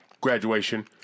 graduation